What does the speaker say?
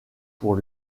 pour